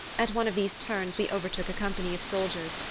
at one of these turns we overtook a company of soldiers,